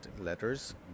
letters